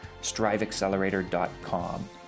striveaccelerator.com